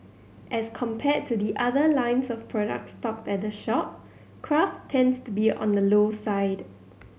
as compared to the other lines of products stocked at the shop craft tends to be on the low side